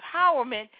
empowerment